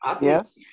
Yes